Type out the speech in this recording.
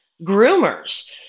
groomers